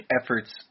effort's –